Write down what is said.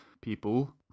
people